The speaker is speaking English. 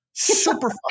Super